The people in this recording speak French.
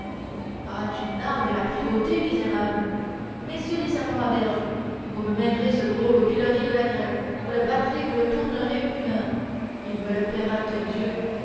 ah tu nargues la prévôté misérable messieurs les sergents à verge vous me mènerez ce drôle au pilori de la grève vous le battrez et vous le tournerez une heure il me le